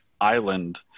island